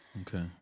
Okay